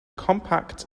compact